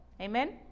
Amen